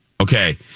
Okay